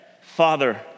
Father